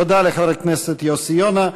תודה לחבר הכנסת יוסי יונה.